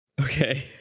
Okay